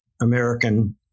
American